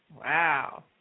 Wow